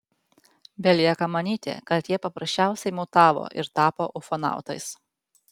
belieka manyti kad jie paprasčiausiai mutavo ir tapo ufonautais